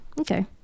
Okay